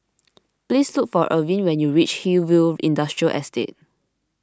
please look for Irvin when you reach Hillview Industrial Estate